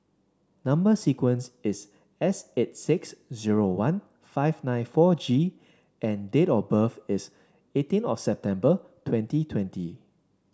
number sequence is S eight six zero one five nine four G and date of birth is eighteen of September twenty twenty